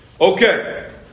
Okay